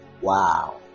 Wow